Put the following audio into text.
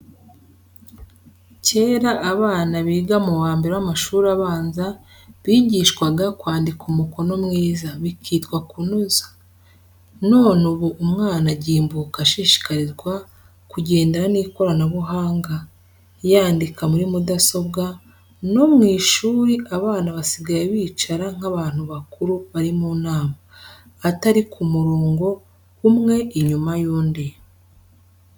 Kera abana biga mu wa mbere w'amashuri abanza bigishwaga kwandika umukono mwiza, bikitwa kunoza, none ubu umwana agimbuka ashishikarizwa kugendana n'ikoranabuhanga, yandika muri mudasobwa, no mu ishuri abana basigaye bicara nk'abantu bakuru bari mu nama, atari ku murongo, umwe inyuma y'undi.